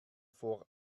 vor